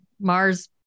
Mars